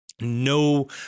No